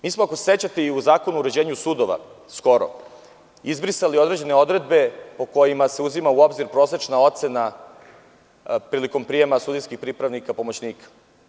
Mi smo i u Zakonu o uređenju sudova skoro izbrisali određene odredbe po kojima se uzima u obzir prosečna ocena prilikom prijema sudijskih pripravnika, pomoćnika.